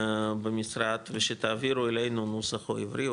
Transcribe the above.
במשרד ושתעבירו אלינו נוסח עברי,